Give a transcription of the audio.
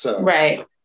Right